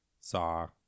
saw